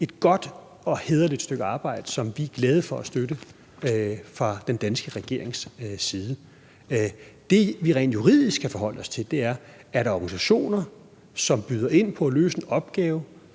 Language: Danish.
et godt og hæderligt stykke arbejde, som vi er glade for at støtte fra den danske regerings side. Det, vi rent juridisk kan forholde os til, er: Hvis der er organisationer, som byder ind på at løse en opgave,